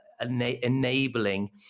enabling